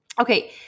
okay